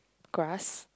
grass